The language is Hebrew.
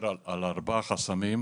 הגברת קויתי, יש לכם מידע בעניין הזה?